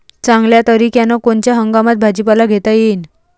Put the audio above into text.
चांगल्या तरीक्यानं कोनच्या हंगामात भाजीपाला घेता येईन?